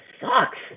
sucks